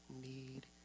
need